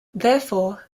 therefore